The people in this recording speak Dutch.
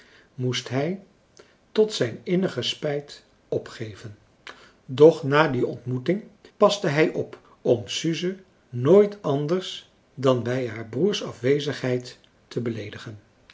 moest hij tot zijn innige spijt opgeven françois haverschmidt familie en kennissen doch na die ontmoeting paste hij op om suze nooit anders dan bij haar broers afwezigheid te beleedigen